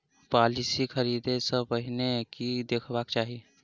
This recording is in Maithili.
पॉलिसी खरीदै सँ पहिने की देखबाक चाहि?